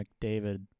McDavid